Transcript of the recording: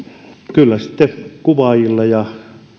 kyllä sitten kuvaajilla ja